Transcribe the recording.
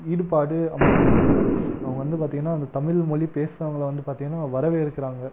ஈடுபாடு அமைகிறது அவங்க வந்து பார்த்தீங்கன்னா இந்த தமிழ்மொழி பேசுறவங்களை வந்து பார்த்தீங்கன்னா வரவேற்குறாங்க